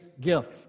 gift